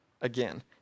Again